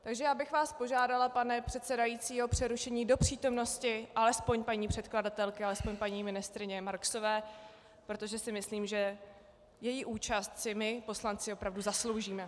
Takže bych vás požádala, pane předsedající, o přerušení do přítomnosti alespoň paní předkladatelky, alespoň paní ministryně Marksové, protože si myslím, že její účast si my poslanci opravdu zasloužíme.